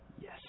Yes